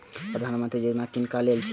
प्रधानमंत्री यौजना किनका लेल छिए?